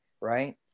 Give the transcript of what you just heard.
right